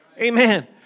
Amen